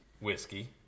whiskey